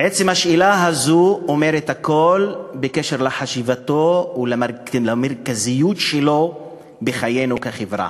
עצם השאלה הזאת אומרת הכול על חשיבותו ועל המרכזיות שלו בחיינו כחברה.